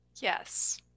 yes